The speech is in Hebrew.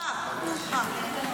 אני מחכה.